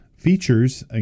features